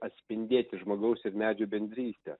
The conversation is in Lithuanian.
atspindėti žmogaus ir medžių bendrystę